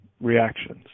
reactions